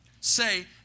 say